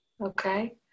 okay